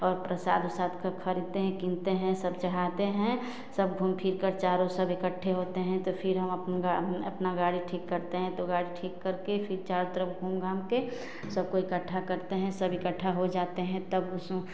और प्रसाद उसाद सब खरीदते हैं कीनते हैं सब चढ़ाते हैं सब घूम फिरकर चारों सब इकट्ठा होते हैं तब फिर हम अपनी गाड़ी ठीक करते हैं तो फिर गाड़ी ठीक करके फिर चारों तरफ घूम घामकर सबको इकट्ठा करते हैं सब इकट्ठा हो जाते हैं तब